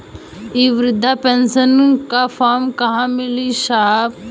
इ बृधा पेनसन का फर्म कहाँ मिली साहब?